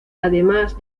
además